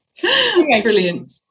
Brilliant